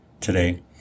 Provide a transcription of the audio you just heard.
today